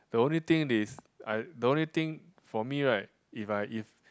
the only thing is I the only thing for me right if I if